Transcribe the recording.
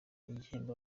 ibihembo